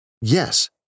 Yes